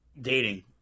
dating